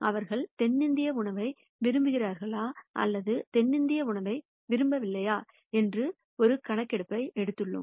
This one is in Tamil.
அவர்கள் தென்னிந்திய உணவை விரும்புகிறார்களா அல்லது தென்னிந்திய உணவை விரும்பவில்லையா என்று ஒரு கணக்கெடுப்பை எடுத்துள்ளோம்